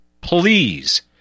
Please